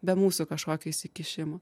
be mūsų kažkokio įsikišimo